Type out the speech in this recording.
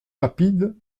rapide